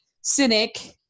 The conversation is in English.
cynic